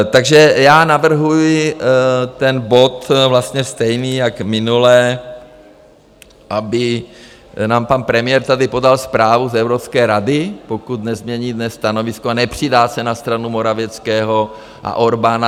Takže já navrhuji ten bod vlastně stejný jako minule, aby nám pan premiér tady podal zprávu z Evropské rady, pokud nezmění dnes stanovisko a nepřidá se na stranu Morawieckého a Orbána.